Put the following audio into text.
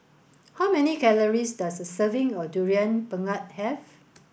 how many calories does a serving of durian pengat have